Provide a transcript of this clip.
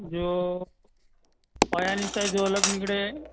જો પાયાની સાઇજો અલગ નીકળે